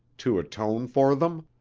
to atone for them.